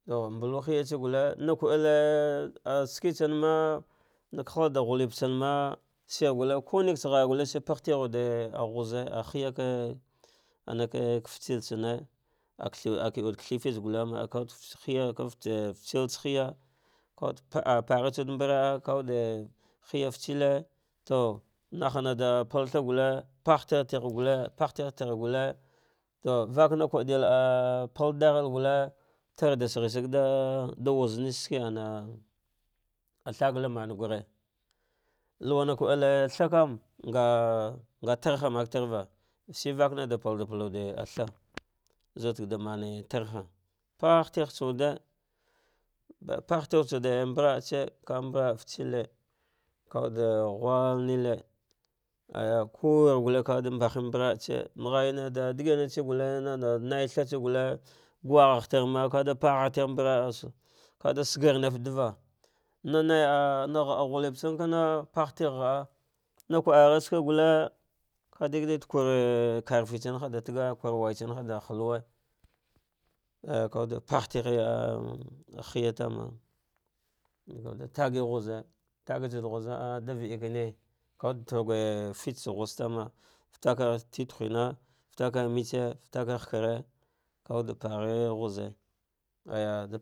To mbul hiyatsa gulter naku el shikitsamma, naka halaɗa ghutebetsomma shir gulter ki ku niktsa ghaya galle shi bah tigh a ghipe a hiya ke anke fitsel tsame akem aka el gul vath fitse flute kawude kaa fitsel tsa miya kawuɗ pare paghe tsa wuɗa mbaa kavude hiya fitseli to nahnoeɗa pal thigh gulle pagh teghe tar gulle to vaka kudil ah palɗaghel gulle lardashigh shiya da wuze natse shiki ana thasala mangure lawuna kuelthagh vam, nga tarha make tareva shi valva n ɗa palɗa palawuɗe ah thgh zaata ɗa mantarha, pahtight tsawude, pahtigh tsawude mb aɗatsa kawuɗe ghulnete ayya kuwure gulte, kada mbolin mbraraatse, mba ghaya tsa dagmatse gulle, nana naighatsegh mbara kada shigirnat ɗava na naiab na ghuln btsaki kana, pahgh tigh ghah kwaati ghirshirki gulle kaɗigɗeɗ kure krfetsanha tassaya kurwayatsane hada ghwulue ayya kuis ude pashteghe hiya tama, zagaga tagi ghize tagitsawuɗe ghuze ah ɗse ghipe bma tikwe hima takar tuge fitse ghipe bma titwe hima takar metse takar hakere, kawude paghe ghuze ayya.